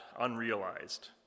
unrealized